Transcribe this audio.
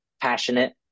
passionate